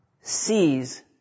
sees